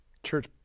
Church